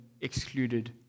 excluded